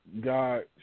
God